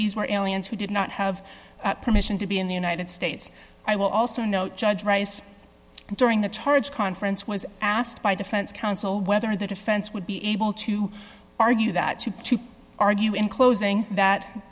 these were illions who did not have permission to be in the united states i will also note judge rice during the charge conference was asked by defense counsel whether the defense would be able to argue that to argue in closing that